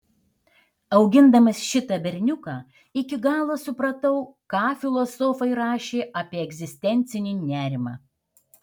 augindamas šitą berniuką iki galo supratau ką filosofai rašė apie egzistencinį nerimą